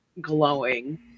glowing